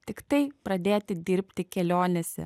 tiktai pradėti dirbti kelionėse